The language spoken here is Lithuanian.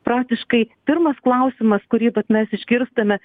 praktiškai pirmas klausimas kurį vat mes išgirstame